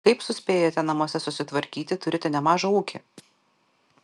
kaip suspėjate namuose susitvarkyti turite nemažą ūkį